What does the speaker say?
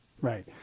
right